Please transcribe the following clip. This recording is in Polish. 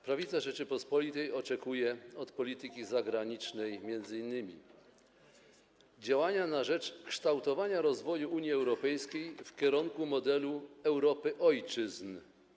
Prawica Rzeczypospolitej oczekuje od polityki zagranicznej m.in. działania na rzecz kształtowania rozwoju Unii Europejskiej w kierunku modelu Europy ojczyzn.